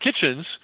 kitchens